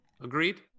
Agreed